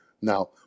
Now